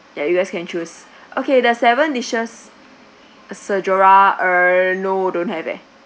that you guys can choose okay there are seven dishes sjora err no don't have eh